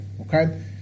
okay